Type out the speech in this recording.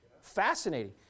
Fascinating